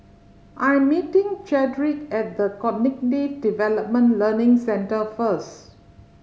I am meeting Chadrick at The Cognitive Development Learning Centre first